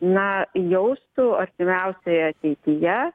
na jaustų artimiausioje ateityje